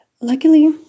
Luckily